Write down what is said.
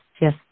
Yes